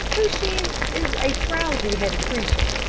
though she is a frowsy-headed creature,